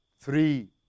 three